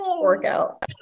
Workout